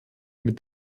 mit